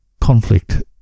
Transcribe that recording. conflict